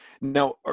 now